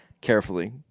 carefully